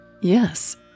Yes